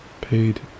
paid